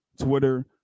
Twitter